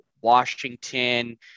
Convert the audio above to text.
Washington